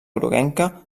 groguenca